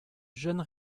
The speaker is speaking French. jeunes